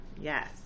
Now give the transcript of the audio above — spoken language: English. Yes